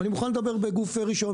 ואני מוכן לדבר בגוף ראשון,